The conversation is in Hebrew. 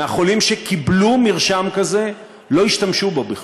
35% מהחולים שקיבלו מרשם כזה לא השתמשו בו.